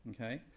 okay